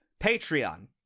Patreon